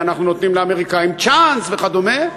אנחנו נותנים לאמריקנים צ'אנס וכדומה,